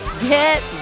get